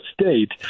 State